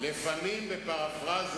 לפעמים, בפרפראזה